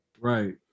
Right